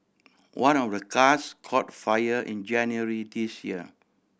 one of the cars caught fire in January this year